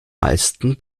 meisten